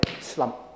slump